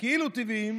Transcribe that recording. בכאילו טבעיים,